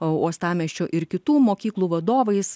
uostamiesčio ir kitų mokyklų vadovais